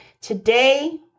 today